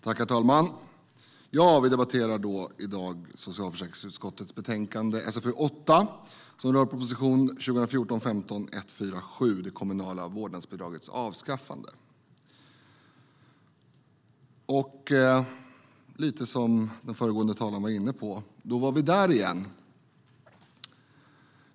Herr talman! Vi debatterar i dag socialförsäkringsutskottets betänkande SfU8 som rör proposition 2014/15:147, Det kommunala vårdnadsbidraget avskaffas . Jag kan, lite grann som den föregående talaren var inne på, säga: Då var vi där igen.